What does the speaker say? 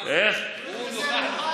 חמש דקות,